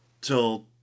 till